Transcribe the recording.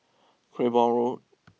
Cranborne Road